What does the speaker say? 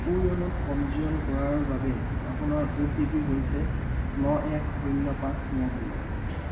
কোৱিনত পঞ্জীয়ন কৰাৰ বাবে আপোনাৰ অ' টি পি হৈছে ন এক শূন্য পাঁচ ন দুই